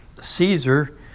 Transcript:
Caesar